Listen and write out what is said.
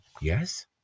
Yes